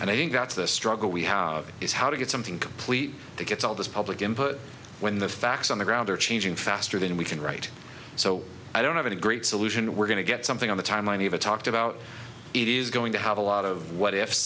and i think that's the struggle we have is how to get something complete to get all this public input when the facts on the ground are changing faster than we can right so i don't have a great solution we're going to get something on the timeline eva talked about it is going to have a lot of what if